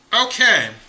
Okay